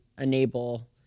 enable